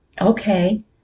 Okay